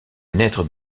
naître